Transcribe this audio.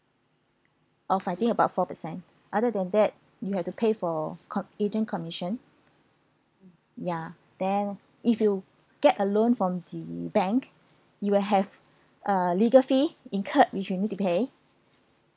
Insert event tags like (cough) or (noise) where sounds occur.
of I think about four percent other than that you have to pay for com~ agent commission yeah then if you get a loan from the bank you will have (breath) uh legal fee incurred which you need to pay